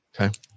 Okay